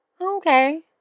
Okay